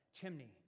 chimney